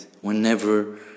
whenever